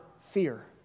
fear